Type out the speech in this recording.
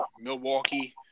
Milwaukee